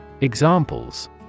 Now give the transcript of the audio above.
Examples